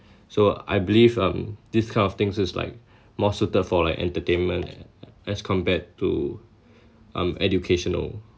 so I believe um this kind of things is like more suited for like entertainment as compared to um educational